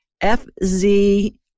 FZ